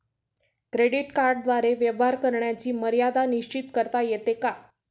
Credit कार्डद्वारे व्यवहार करण्याची मर्यादा निश्चित करता येते का?